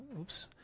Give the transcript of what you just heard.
oops